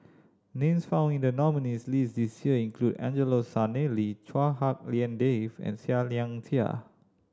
names found in the nominees' list this year include Angelo Sanelli Chua Hak Lien Dave and Seah Liang Seah